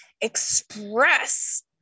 express